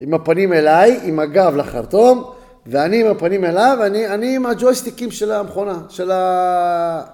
עם הפנים אליי, עם הגב לחרטום, ואני עם הפנים אליו, אני עם הג'ויסטיקים של המכונה, של ה...